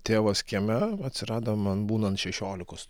tėvas kieme atsirado man būnant šešiolikos